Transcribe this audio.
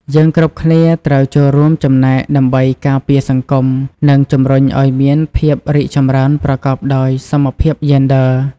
យើងគ្រប់គ្នាត្រូវចូលរួមចំណែកដើម្បីការពារសង្គម និងជំរុញឱ្យមានភាពរីកចម្រើនប្រកបដោយសមភាពយេនឌ័រ។